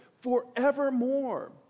forevermore